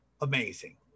amazing